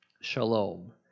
Shalom